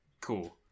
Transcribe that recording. Cool